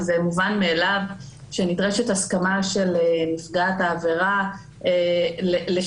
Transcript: וזה מובן מאליו שנדרשת הסכמה של נפגעת העבירה לשני